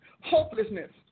hopelessness